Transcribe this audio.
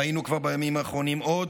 ראינו כבר בימים האחרונים עוד